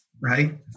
right